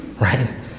right